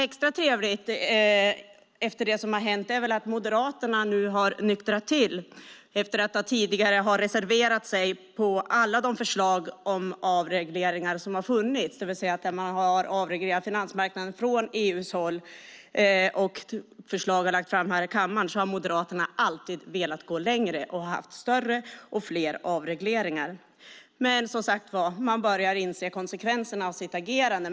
Extra trevligt är att Moderaterna har nyktrat till efter det som har hänt. Tidigare har man reserverat sig mot alla förslag om avreglering som har funnits. När man har avreglerat marknaden från EU-håll och förslag har lagts fram i kammaren har Moderaterna alltid velat gå längre och haft större och fler avregleringar. Men nu börjar man inse konsekvenserna av sitt agerande.